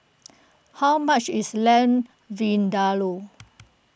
how much is Lamb Vindaloo